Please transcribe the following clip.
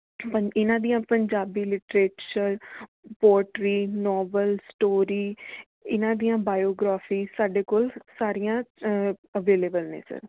ਪਨ ਇਨ੍ਹਾਂ ਦੀਆਂ Punjabi literature poetry novel story ਇਨ੍ਹਾਂ ਦੀਆਂ ਬਾਇਓਗ੍ਰਾਫੀ ਸਾਡੇ ਕੋਲ ਸਾਰੀਆਂ ਅਵੇਲੇਬਲ ਨੇ ਸਰ